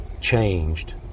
changed